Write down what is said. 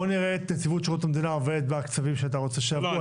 בוא נראה את נציבות שירות המדינה עובדת בקצב שאתה רוצה שיעבדו.